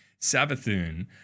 Sabathun